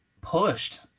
pushed